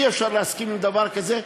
אי-אפשר להסכים עם דבר כזה.